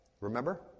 Remember